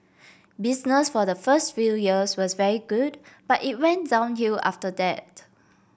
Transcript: business for the first few years was very good but it went downhill after that